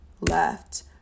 left